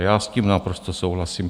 Já s tím naprosto souhlasím.